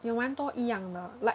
有蛮多一样的